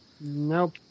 Nope